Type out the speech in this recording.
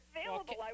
available